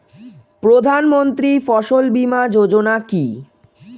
প্রধানমন্ত্রী ফসল বীমা যোজনা কি?